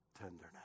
tenderness